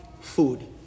food